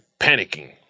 panicking